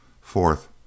Fourth